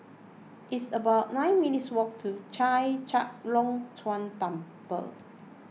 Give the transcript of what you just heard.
it's about nine minutes' walk to Chek Chai Long Chuen Temple